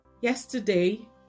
Yesterday